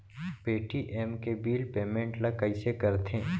Paytm के bill payment ल कइसे करथे?